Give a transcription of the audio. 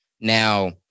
now